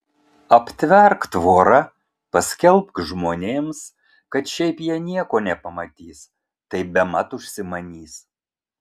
aptverk tvora paskelbk žmonėms kad šiaip jie nieko nepamatys tai bemat užsimanys